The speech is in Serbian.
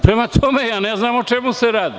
Prema tome, ja ne znam o čemu se radi.